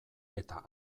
eta